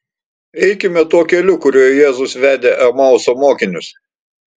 eikime tuo keliu kuriuo jėzus vedė emauso mokinius